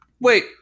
Wait